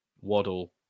Waddle